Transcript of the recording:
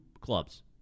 clubs